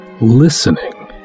listening